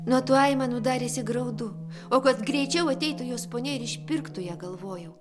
nuo tų aimanų darėsi graudu o kas greičiau ateitų jos ponia ir išpirktų ją galvojau